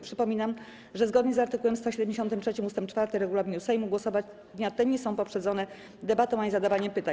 Przypominam, że zgodnie z art. 173 ust. 4 regulaminu Sejmu głosowania te nie są poprzedzone debatą ani zadawaniem pytań.